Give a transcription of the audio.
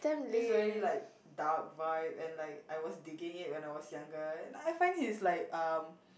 this very like dark vibe and like I was digging it when I was younger and I find he's like uh